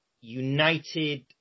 united